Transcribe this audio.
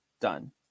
Done